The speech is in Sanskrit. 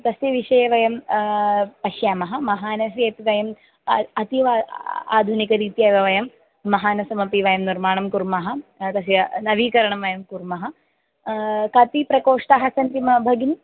तस्य विषये वयं पश्यामः महानसस्य यत् वयम् अतीव आधुनिकरीत्या एव वयं महानसमपि वयं निर्माणं कुर्मः तस्य नवीकरणं वयं कुर्मः कति प्रकोष्ठाः सन्ति मा भगिनी